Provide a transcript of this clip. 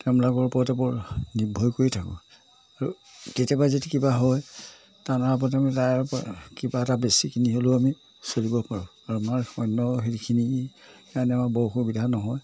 তেওঁবিলোকৰ ওপৰতে বৰ নিৰ্ভৰ কৰি থাকোঁ আৰু কেতিয়াবা যদি কিবা হয় তাৰ নাৰ ওপৰত আমি তাৰ কিবা এটা বেচি কিনি হ'লেও আমি চলিব পাৰোঁ আৰু আমাৰ অন্য সেইখিনিৰ কাৰণে আমাৰ বৰ সুবিধা নহয়